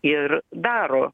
ir daro